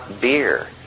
beer